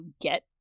get